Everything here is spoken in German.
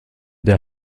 der